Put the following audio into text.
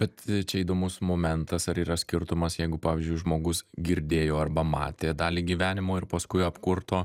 bet čia įdomus momentas ar yra skirtumas jeigu pavyzdžiui žmogus girdėjo arba matė dalį gyvenimo ir paskui apkurto